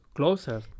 Closer